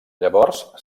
llavors